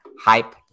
hype